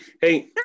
hey